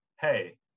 hey